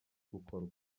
gukorwa